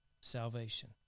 salvation